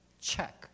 Check